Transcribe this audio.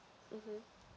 mmhmm